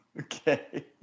Okay